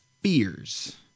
fears